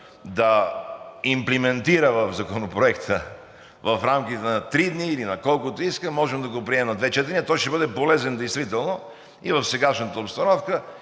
да имплементира в Законопроекта в рамките на 3 дни или на колкото иска, можем да го приемем на две четения. Той ще бъде полезен действително и в сегашната обстановка.